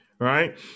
Right